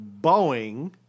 Boeing